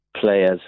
players